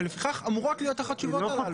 ולפיכך אמורות להיות לך התשובות האלה.